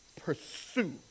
pursue